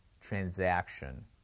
transaction